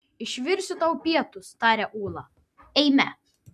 išvirsiu tau pietus taria ūla eime